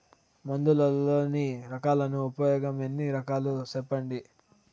మందులలోని రకాలను ఉపయోగం ఎన్ని రకాలు? సెప్పండి?